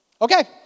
Okay